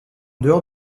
dehors